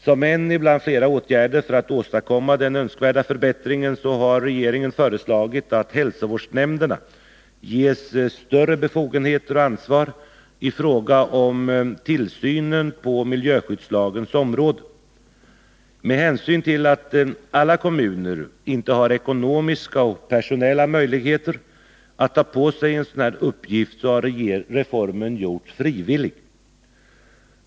Som en bland flera åtgärder för att åstadkomma den önskvärda förbättringen har regeringen föreslagit att hälsovårdsnämnderna ges större befogenheter och ansvar i fråga om tillsynen på miljöskyddslagens område. Med hänsyn till att alla kommuner inte har ekonomiska och personella möjligheter att ta på sig en sådan här uppgift har reformen gjorts frivillig.